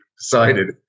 decided